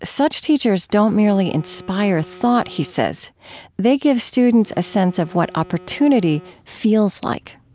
such teachers don't merely inspire thought, he says they give students a sense of what opportunity feels like.